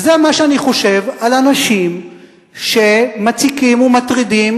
וזה מה שאני חושב על אנשים שמציקים ומטרידים